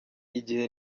igihe